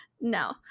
no